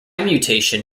mutation